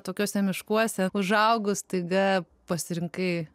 tokiuose miškuose užaugus staiga pasirinkai